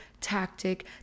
tactic